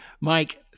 Mike